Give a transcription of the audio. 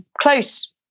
close